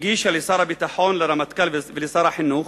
הגישה לשר הביטחון, לרמטכ"ל ולשר החינוך,